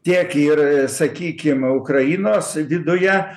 tiek ir sakykim ukrainos viduje